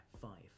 five